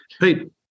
Pete